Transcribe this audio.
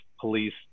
police